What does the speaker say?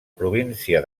província